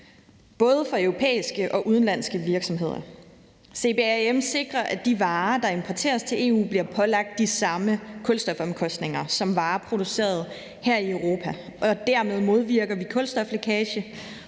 både for europæiske og udenlandske virksomheder. CBAM-forordningen sikrer, at de varer, der importeres til EU, bliver pålagt de samme kulstofomkostninger som varer produceret her i Europa. Dermed modvirker vi kulstoflækage